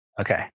Okay